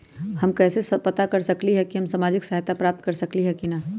हम कैसे पता कर सकली ह की हम सामाजिक सहायता प्राप्त कर सकली ह की न?